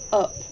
up